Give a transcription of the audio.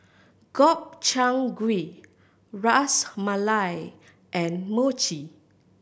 Gobchang Gui Ras Malai and Mochi